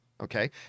okay